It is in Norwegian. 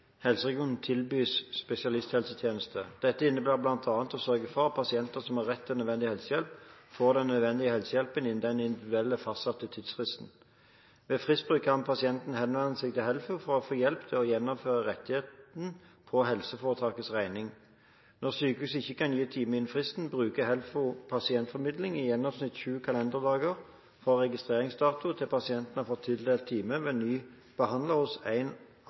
helseregionen tilbys spesialisthelsetjenester. Dette innebærer bl.a. å sørge for at pasienter som har rett til nødvendig helsehjelp, får den nødvendige helsehjelpen innen den individuelt fastsatte tidsfristen. Ved fristbrudd kan pasienten henvende seg til HELFO for å få hjelp til å gjennomføre rettigheten på helseforetakets regning. Når sykehuset ikke kan gi time innen fristen, bruker HELFO pasientformidling i gjennomsnitt sju kalenderdager fra registreringsdato til pasienten har fått tildelt time ved ny behandler hos en